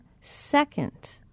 second